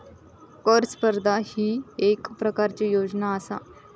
कर स्पर्धा ही येक प्रकारची योजना आसा